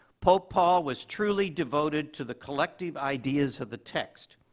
pope paul was truly devoted to the collective ideas of the text,